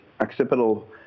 occipital